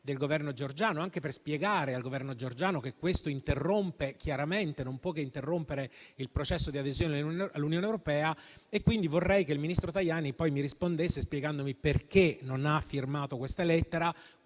del Governo georgiano, anche per spiegare a tale Governo che questo chiaramente non può che interrompere il processo di adesione all'Unione europea. Vorrei che il ministro Tajani mi rispondesse spiegandomi perché non ha firmato questa lettera,